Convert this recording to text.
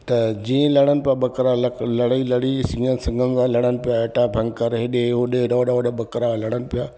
त जीअं लड़नि पिया बकरा ल लड़े लड़ी जीअं सिंग सिंघनि सां लड़नि पिया हेठा भयंकर एॾे ओॾे एॾा वॾा वॾा बकरा लड़न पिया